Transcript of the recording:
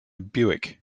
buick